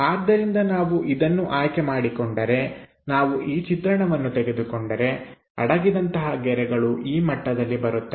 ಆದ್ದರಿಂದ ನಾವು ಇದನ್ನು ಆಯ್ಕೆ ಮಾಡಿಕೊಂಡರೆ ನಾವು ಈ ಚಿತ್ರಣವನ್ನು ತೆಗೆದುಕೊಂಡರೆ ಅಡಗಿದಂತಹ ಗೆರೆಗಳು ಈ ಮಟ್ಟದಲ್ಲಿ ಬರುತ್ತವೆ